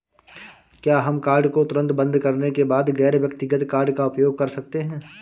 क्या हम कार्ड को तुरंत बंद करने के बाद गैर व्यक्तिगत कार्ड का उपयोग कर सकते हैं?